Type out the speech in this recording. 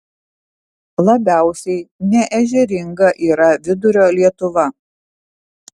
labiausiai neežeringa yra vidurio lietuva